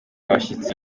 abashyitsi